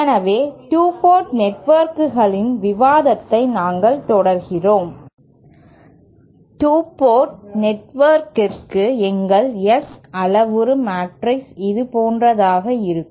எனவே 2 போர்ட் நெட்வொர்க்கிற்கான விவாதத்தை நாங்கள் தொடர்கிறோம் 2 போர்ட் நெட்வொர்க்கிற்கு எங்கள் S அளவுரு மேட்ரிக் இது போன்றதாக இருக்கும்